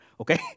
okay